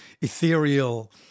ethereal